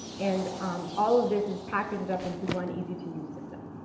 and um all of this is packaged up into one easy-to-use system.